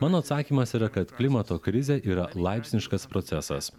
mano atsakymas yra kad klimato krizė yra laipsniškas procesas